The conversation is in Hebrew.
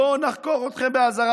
לא נחקור אתכם באזהרה.